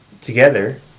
together